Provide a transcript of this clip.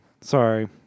sorry